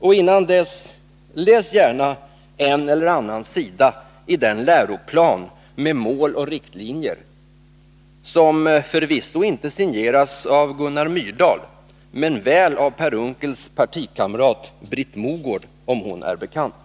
Och innan dess —läs gärna en eller annan sida i den läroplan med mål och riktlinjer som förvisso inte signerats av Gunnar Myrdal men väl av Per Unckels partikamrat Britt Mogård, om hon är bekant!